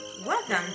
Welcome